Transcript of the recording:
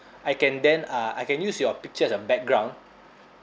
I can then uh I can use your picture as a background